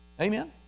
Amen